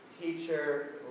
teacher